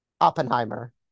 Oppenheimer